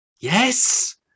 Yes